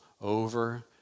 over